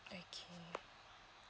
okay